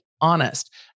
honest